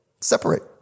Separate